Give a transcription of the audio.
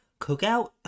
Cookout